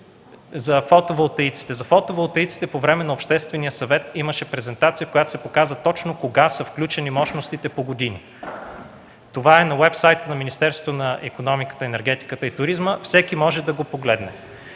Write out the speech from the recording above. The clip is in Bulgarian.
за фотоволтаиците. По въпроса за фотоволтаиците по време на обществения съвет имаше презентация, в която се каза точно кога са включени мощностите по години. На уебсайта на Министерството на икономиката, енергетиката и туризма е и всеки може да го погледне.